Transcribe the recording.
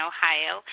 Ohio